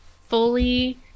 fully